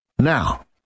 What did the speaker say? Now